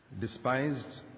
Despised